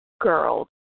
girls